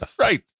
Right